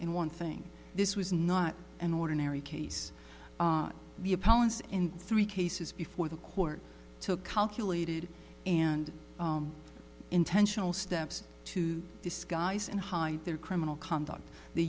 in one thing this was not an ordinary case the opponents in three cases before the court took calculated and intentional steps to disguise and hide their criminal conduct they